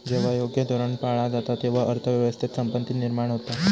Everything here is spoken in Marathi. जेव्हा योग्य धोरण पाळला जाता, तेव्हा अर्थ व्यवस्थेत संपत्ती निर्माण होता